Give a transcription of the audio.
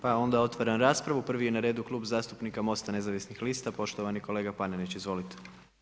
Pa onda otvaram raspravu, prvi je na redu Klub zastupnika MOST-a nezavisnih lista, poštovani kolega Panenić, izvolite.